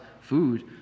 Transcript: food